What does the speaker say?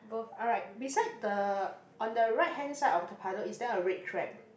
alright beside the on the right hand side of the puddle is there a red crab